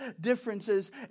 differences